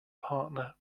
partner